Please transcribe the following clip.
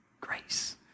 Grace